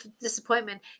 disappointment